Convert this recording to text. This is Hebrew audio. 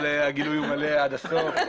הגילוי הוא מלא עד הסוף.